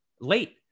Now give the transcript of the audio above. late